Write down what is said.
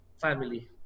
family